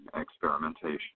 experimentation